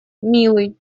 милый